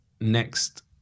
next